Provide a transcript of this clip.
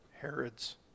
Herod's